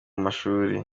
mashuri